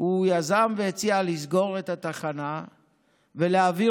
הוא יזם והציע לסגור את התחנה ולהעביר